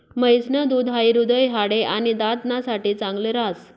म्हैस न दूध हाई हृदय, हाडे, आणि दात ना साठे चांगल राहस